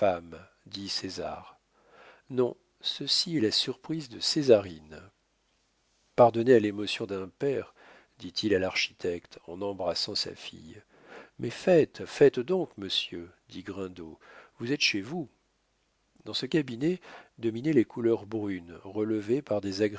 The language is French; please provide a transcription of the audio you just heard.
dit césar non ceci est la surprise de césarine pardonnez à l'émotion d'un père dit-il à l'architecte en embrassant sa fille mais faites faites donc monsieur dit grindot vous êtes chez vous dans ce cabinet dominaient les couleurs brunes relevées par des